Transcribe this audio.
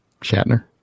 Shatner